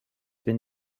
been